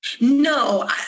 No